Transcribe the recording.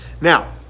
now